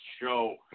show